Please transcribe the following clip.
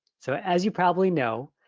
so as you probably know,